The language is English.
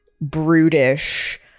brutish